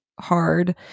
hard